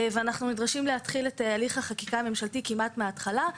ואנחנו נדרשים להתחיל את הליך החקיקה הממשלתי כמעט מההתחלה.